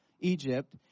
Egypt